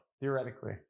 theoretically